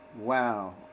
Wow